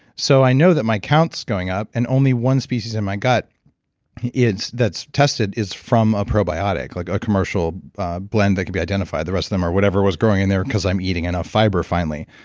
so, i know that my count is going up, and only one species in my gut that's tested is from a probiotic, like a commercial blend that could be identified. the rest of them are whatever was growing in there because i'm eating enough fiber finally.